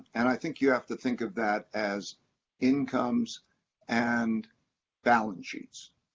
and i think you have to think of that as incomes and balance sheets,